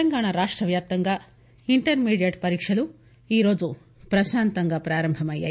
తెలంగాణ రాష్ట వ్యాప్తంగా ఇంటర్మీడియట్ పరీక్షలు ఈరోజు ప్రశాంతంగా ప్రారంభ అయ్యాయి